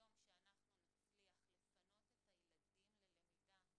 שביום שאנחנו נצליח לפנות את הילדים ללמידה,